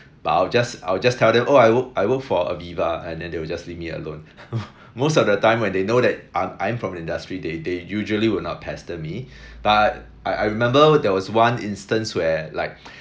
but I will just I will just tell them oh I work I work for aviva and then they will just leave me alone most of the time when they know that I'm I'm from industry they they usually would not pester me but I I remember there was one instance where like